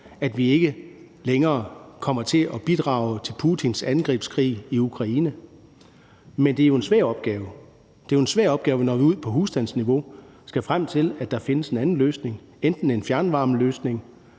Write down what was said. at vi ikke længere kommer til at bidrage til Putins angrebskrig i Ukraine, men det er jo en svær opgave. Det er jo en svær opgave, når vi ude på husstandsniveau skal frem til, at der findes en anden løsning, enten en fjernvarmeløsning,